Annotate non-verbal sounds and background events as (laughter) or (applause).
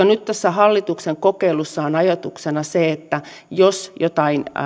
(unintelligible) nyt tässä hallituksen kokeilussa on ajatuksena se että jos jotain